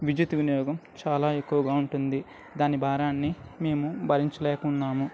విద్యుత్ వినియోగం చాలా ఎక్కువగా ఉంటుంది దాని భారాన్ని మేము భరించలేక ఉన్నాము